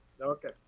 Okay